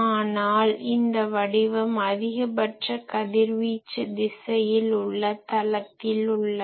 ஆனால் இந்த வடிவம் அதிகபட்ச கதிர்வீச்சு திசையில் உள்ள தளத்தில் உள்ளது